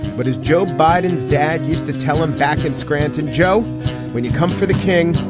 but is joe biden's dad used to tell him back in scranton joe when you come for the king.